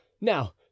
Now